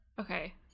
okay